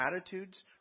attitudes